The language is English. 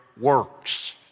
works